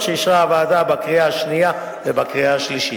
שאישרה הוועדה בקריאה השנייה ובקריאה השלישית.